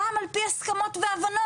גם על פי ההסכמות וההבנות.